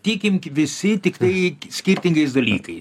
tikim visi tiktai skirtingais dalykai